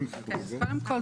קודם כל,